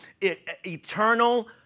Eternal